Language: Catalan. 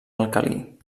alcalí